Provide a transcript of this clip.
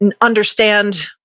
understand